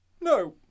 No